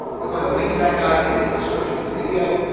you'll find a link to that guide in the description of the video.